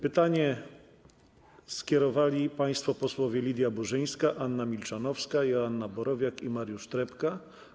Pytanie skierowali państwo posłowie Lidia Burzyńska, Anna Milczanowska, Joanna Borowiak i Mariusz Trepka.